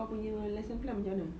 kau punya lesson plans macam mana